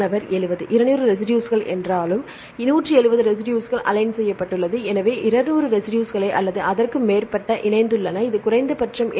மாணவர் 70 200 ரெசிடுஸ்கள் என்றால் 170 ரெசிடுஸ்கள் அலைன் align செய்யப்பட்டுள்ளது ஏதேனும் 200 ரெசிடுஸ்களை அல்லது அதற்கு மேற்பட்டதாக இணைத்துள்ளன இது குறைந்தபட்சம்